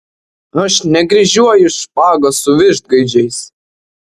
aš nekryžiuoju špagos su vištgaidžiais